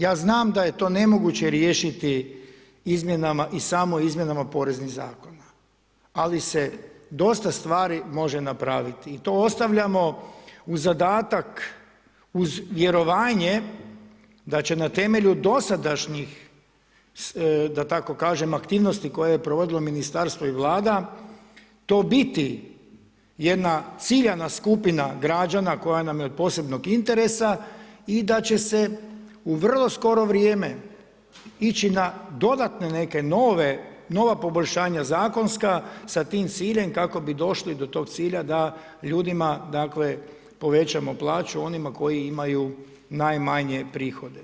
Ja znam da je to nemoguće riješiti izmjenama i samo izmjenama poreznih zakona, ali se dosta stvari može napraviti i to ostavljamo u zadatak uz vjerovanje da će na temelju dosadašnjih da tako kažem aktivnosti koje je provodilo ministarstvo i Vlada to biti jedna ciljana skupina građana koja nam je od posebnog interesa i da će se u vrlo skoro vrijeme ići na dodatne neke nove, nova poboljšanja zakonska sa tim ciljem, kako bi došli do tog cilja da ljudima dakle povećamo plaću onima kojim imaju najmanje prihode.